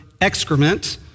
excrement